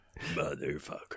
Motherfucker